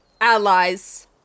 allies